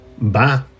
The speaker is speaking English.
Bye